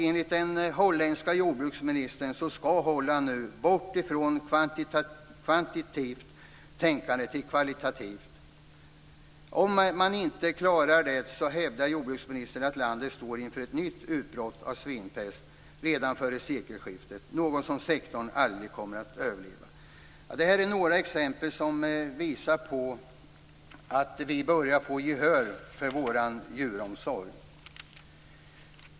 Enligt den holländske jordbruksministern skall Holland nu gå från kvantitativt tänkande till kvalitativt. Om man inte klarar det hävdar jordbruksministern att landet står inför ett nytt utbrott av svinpest redan före sekelskiftet, något som sektorn aldrig kommer att överleva. Det här är några exempel som visar att vi börjar få gehör för vår djuromsorg.